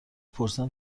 پرسیدم